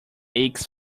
aches